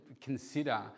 consider